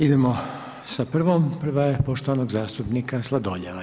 Idemo sa prvom, prva je poštovanog zastupnika Sladoljeva.